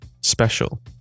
special